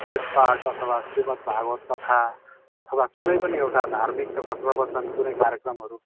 वेद पाठ अथवा श्रीमद् भागवत कथा अथवा कुनै पनि एउटा धार्मिक एउटा प्रवचन कुनै कार्यक्रमहरू